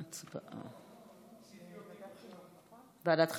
ההצעה להעביר את הנושא לוועדת החינוך,